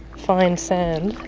fine sand.